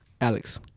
Alex